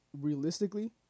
realistically